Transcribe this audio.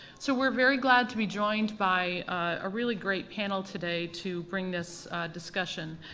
so we're very glad to be joined by a really great panel today to bring this discussion.